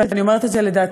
ואני אומר את זה לדעתי,